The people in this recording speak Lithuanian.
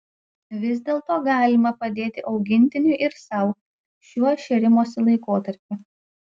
vis dėlto galima padėti augintiniui ir sau šiuo šėrimosi laikotarpiu